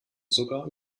sogar